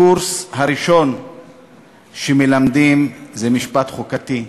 הקורס הראשון שמלמדים הוא משפט חוקתי,